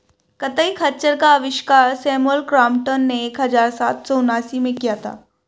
कताई खच्चर का आविष्कार सैमुअल क्रॉम्पटन ने एक हज़ार सात सौ उनासी में किया था